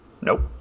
Nope